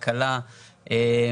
כלכלה,